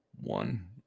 one